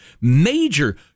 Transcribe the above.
Major